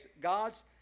gods